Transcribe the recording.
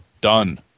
done